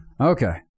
Okay